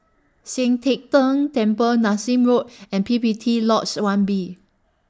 Sian Teck Tng Temple Nassim Road and P P T Lodge one B